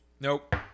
Nope